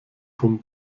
vom